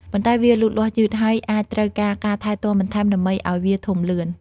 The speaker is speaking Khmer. ប៉ុន្តែ វាលូតលាស់យឺត ហើយអាចត្រូវការការថែទាំបន្ថែមដើម្បីឲ្យវាធំលឿន។